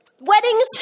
weddings